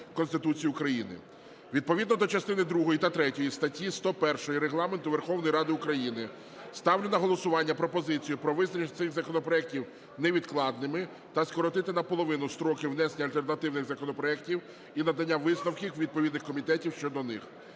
Конституції України). Відповідно до частини другої та третьої статті 101 Регламенту Верховної Ради України ставлю на голосування пропозицію про визначення цих законопроектів невідкладними та скоротити наполовину строки внесення альтернативних законопроектів і надання висновків відповідних комітетів щодо них.